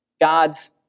God's